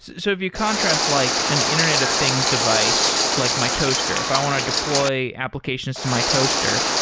so if you contrast like an internet of things device like my toaster, if i want to deploy applications to my toaster,